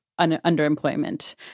underemployment